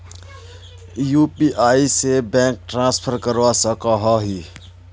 UPI से bank transfer करवा सकोहो ही?